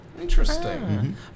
Interesting